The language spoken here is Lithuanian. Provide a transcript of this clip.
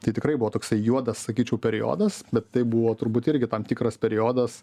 tai tikrai buvo toksai juodas sakyčiau periodas bet tai buvo turbūt irgi tam tikras periodas